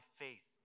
faith